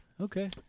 okay